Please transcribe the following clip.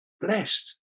Blessed